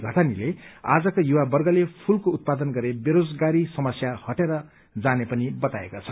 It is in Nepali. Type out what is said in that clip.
उहाँले आजका युवावर्गले फूलको उत्पादन गरे बेरोजगारी समस्या हटेर जाने पनि बताउनु भएको छ